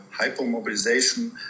hypomobilization